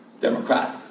democratic